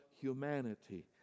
humanity